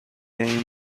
این